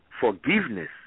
forgiveness